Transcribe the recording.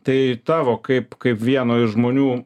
tai tavo kaip kaip vieno iš žmonių